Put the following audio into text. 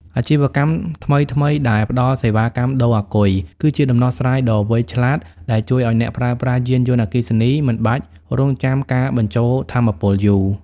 អាជីវកម្មថ្មីៗដែលផ្ដល់សេវាកម្មដូរអាគុយ គឺជាដំណោះស្រាយដ៏វៃឆ្លាតដែលជួយឱ្យអ្នកប្រើប្រាស់យានយន្តអគ្គិសនីមិនចាំបាច់រង់ចាំការបញ្ចូលថាមពលយូរ។